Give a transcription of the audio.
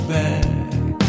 back